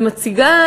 ומציגה,